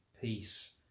Peace